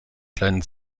kleinen